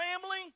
family